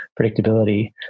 predictability